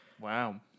Wow